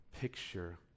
picture